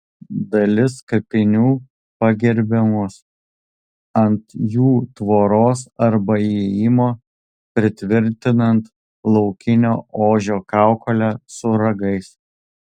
dalis kapinių pagerbiamos ant jų tvoros arba įėjimo pritvirtinant laukinio ožio kaukolę su ragais